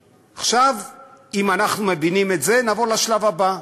עכשיו, אם אנחנו מבינים את זה, נעבור לשלב הבא: